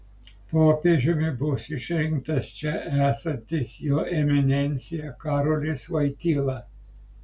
popiežiumi bus išrinktas čia esantis jo eminencija karolis voityla